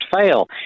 fail